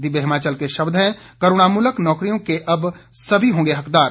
दिव्य हिमाचल के शब्द हैं करूणामूलक नौकरियों के अब समी होंगे हकदार